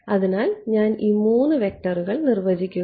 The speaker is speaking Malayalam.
അതിനാൽ ഞാൻ ഈ 3 വെക്റ്ററുകൾ നിർവ്വചിക്കുന്നു